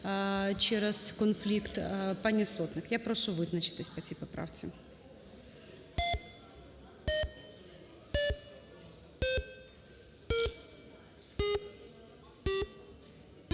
через конфлікт, пані Сотник. Я прошу визначитись по цій поправці.